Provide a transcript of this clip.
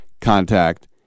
contact